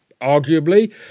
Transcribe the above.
arguably